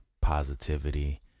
positivity